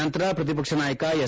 ನಂತರ ಪ್ರತಿಪಕ್ಷ ನಾಯಕ ಎಸ್